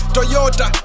Toyota